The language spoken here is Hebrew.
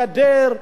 הגדר,